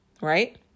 Right